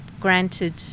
granted